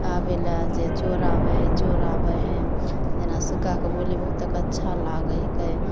आबै लै जे चोर आबै हइ चोर आबै हइ जेना सुग्गाके बोली बहुते अच्छा लागै हिके